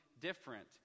different